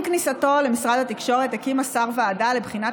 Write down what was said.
עם כניסתו למשרד התקשורת הקים השר ועדה לבחינת